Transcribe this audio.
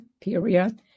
period